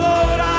Lord